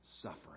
suffering